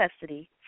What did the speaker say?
custody